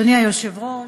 אדוני היושב-ראש,